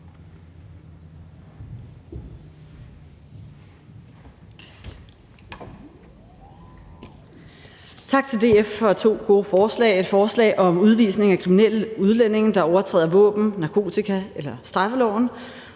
Tak til DF for to gode forslag – et forslag om udvisning af kriminelle udlændinge, der overtræder våben-, narkotika- eller straffeloven,